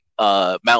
Mount